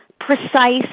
precise